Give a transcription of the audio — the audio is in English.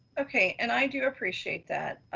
okay. and i do appreciate that.